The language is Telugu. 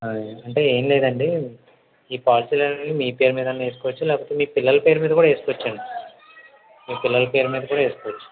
అంటే ఏం లేదండి ఈ పాలసీలు అవి మీ పేరు మీదన్న వేసుకోవచ్చు మీ పిల్లల పేరు మీద కూడా వేసుకోవచ్చండి మీ పిల్లల పేరు మీద కూడా వేసుకోవచ్చు